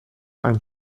ein